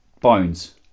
bones